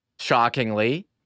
shockingly